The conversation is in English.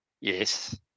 Yes